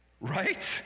Right